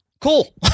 Cool